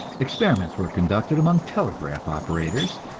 experiments were conducted among telegraph operators,